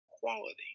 quality